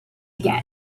get